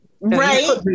Right